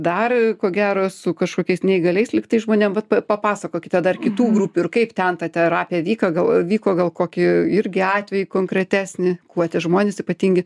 dar ko gero su kažkokiais neįgaliais lygtai žmonėm vat pa papasakokite dar kitų grupių ir kaip ten ta terapija vyko gal vyko gal kokį irgi atvejį konkretesnį kuo tie žmonės ypatingi